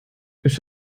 ist